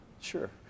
Sure